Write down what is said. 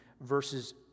verses